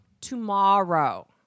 tomorrow